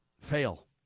fail